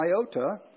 iota